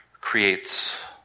creates